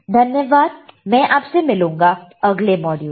धन्यवाद मैं आपसे मिलूंगा अगले मॉड्यूल में